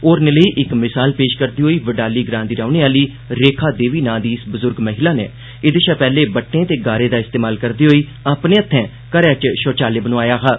होरनें लेई इक मिसाल पेश करदे होई बडाली ग्रां दी रौहने आली रेखा देवी नांऽ दी इस बुजुर्ग महिला नै एह्दे शा पैहले बट्टें ते गारे दा इस्तेमाल करदे होई अपने हत्थें घरै च शौचालय बनाया हा